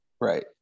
Right